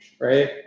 right